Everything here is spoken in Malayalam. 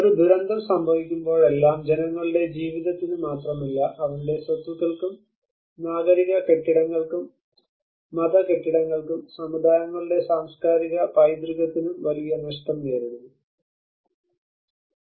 ഒരു ദുരന്തം സംഭവിക്കുമ്പോഴെല്ലാം ജനങ്ങളുടെ ജീവിതത്തിന് മാത്രമല്ല അവരുടെ സ്വത്തുക്കൾക്കും നാഗരിക കെട്ടിടങ്ങൾക്കും മത കെട്ടിടങ്ങൾക്കും സമുദായങ്ങളുടെ സാംസ്കാരിക പൈതൃകത്തിനും വലിയ നഷ്ടം നേരിടുന്നു